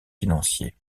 financiers